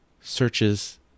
searches